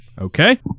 Okay